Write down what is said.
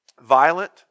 Violent